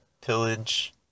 pillage